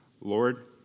Lord